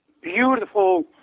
beautiful